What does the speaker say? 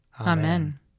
Amen